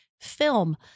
film